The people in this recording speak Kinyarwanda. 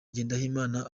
ngendahimana